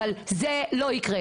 אבל זה לא יקרה.